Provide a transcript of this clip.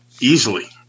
easily